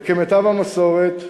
וכמיטב המסורת,